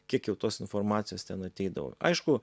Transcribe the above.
kiek jau tos informacijos ten ateidavo aišku